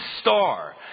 star